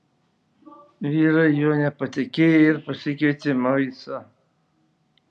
vyrai juo nepatikėjo ir pasikvietė moisą